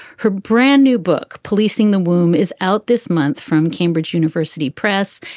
her brand new book, policing the womb, is out this month from cambridge university press.